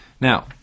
Now